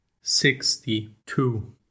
Sixty-two